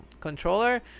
controller